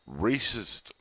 racist